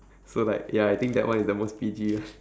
so like ya I think that one is the most P_G one